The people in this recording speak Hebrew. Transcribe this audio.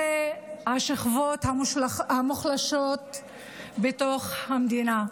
הם השכבות המוחלשות במדינה.